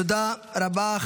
תודה רבה.